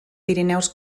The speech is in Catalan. pirineus